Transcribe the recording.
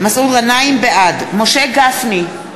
בעד משה גפני,